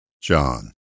John